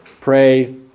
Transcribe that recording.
Pray